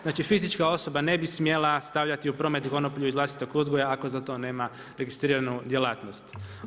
Znači fizička osoba ne bi smjela stavljati u promet konoplju iz vlastitog uzgoja ako za to nema registriranu djelatnost.